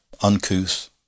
uncouth